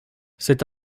cet